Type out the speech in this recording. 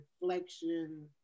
reflection